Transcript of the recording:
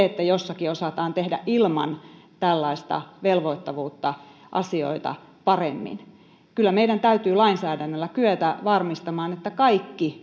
että jossakin osataan tehdä ilman tällaista velvoittavuutta asioita paremmin kyllä meidän täytyy lainsäädännöllä kyetä varmistamaan että kaikki